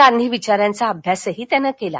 गांधी विचारांचा अभ्यासही त्यानं केला